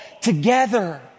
together